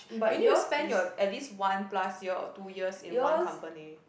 you need to spend your at least one plus year or two years in one company